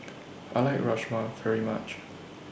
I like Rajma very much